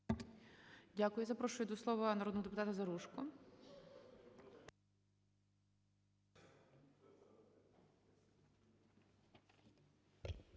Дякую. Запрошую до слова народного депутата Кошелєву.